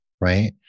right